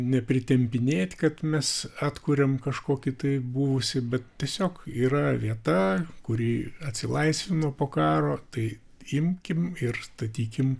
ne pritempinėt kad mes atkuriam kažkokį tai buvusį bet tiesiog yra vieta kuri atsilaisvino po karo tai imkim ir statykim